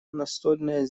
настольное